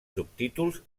subtítols